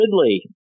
Ridley